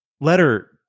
letter